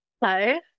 Hello